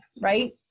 right